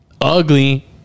Ugly